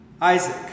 Isaac